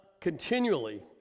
continually